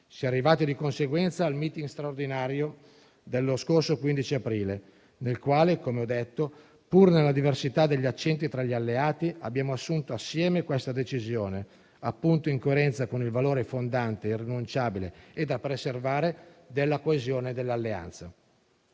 Si è arrivati, di conseguenza, al *meeting* straordinario dello scorso 15 aprile, nel quale - come ho detto - pur nella diversità degli accenti tra gli alleati, abbiamo assunto assieme questa decisione, appunto in coerenza con il valore fondante, irrinunciabile e da preservare della coesione dell'Alleanza.